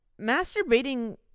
masturbating